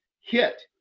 hit